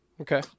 Okay